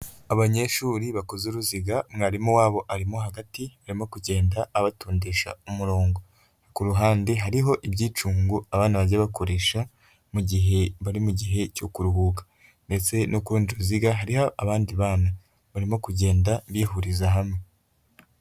Abanyeshuri bakoze uruziga, mwarimu wabo arimo hagati, arimo kugenda abatondesha umurongo, ku ruhande hariho ibyiicungo abana bajya bakoresha, mu mugihe bari mu gihe cyo kuruhuka ndetse no ku rundi ruziga hari abandi bana, barimo kugenda bihuriza hamwe.